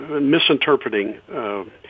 misinterpreting